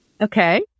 Okay